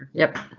yep,